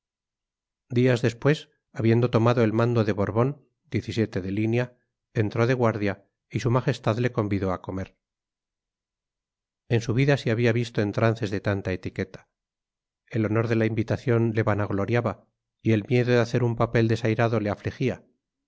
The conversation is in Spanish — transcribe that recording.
días después habiendo tomado el mando de borbón entró de guardia y su majestad le convidó a comer en su vida se había visto en trances de tanta etiqueta el honor de la invitación le vanagloriaba y el miedo de hacer un papel desairado le